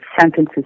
sentences